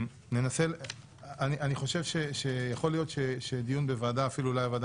אני חושב שיכול להיות שדיון אפילו בוועדה